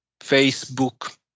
Facebook